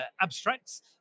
abstracts